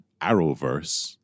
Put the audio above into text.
Arrowverse